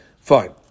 Fine